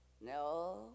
no